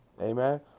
Amen